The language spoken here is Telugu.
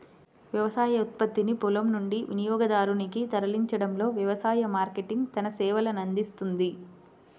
వ్యవసాయ ఉత్పత్తిని పొలం నుండి వినియోగదారునికి తరలించడంలో వ్యవసాయ మార్కెటింగ్ తన సేవలనందిస్తుంది